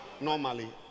normally